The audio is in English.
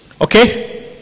okay